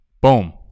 Boom